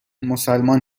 مسلمان